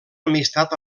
amistat